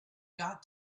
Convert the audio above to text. got